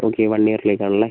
okay one ഇയറിലേക്ക് ആണ് അല്ലേ